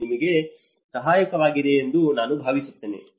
ಇದು ನಿಮಗೆ ಸಹಾಯಕವಾಗಿದೆಯೆಂದು ನಾನು ಭಾವಿಸುತ್ತೇನೆ